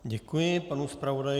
Děkuji panu zpravodaji.